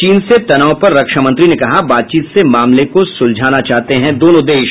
चीन से तनाव पर रक्षामंत्री ने कहा बातचीत से मसले को सुलाझाना चाहते हैं दोनों देश